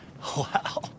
Wow